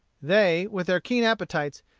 they, with their keen appetites,